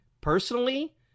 Personally